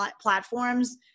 platforms